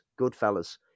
Goodfellas